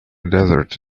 desert